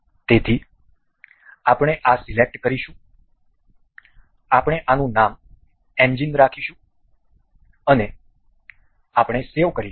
તેથી આપણે આ સિલેક્ટ કરીશું આપણે આનું નામ એન્જિન રાખશું અને આપણે સેવ કરીશું